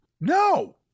No